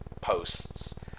posts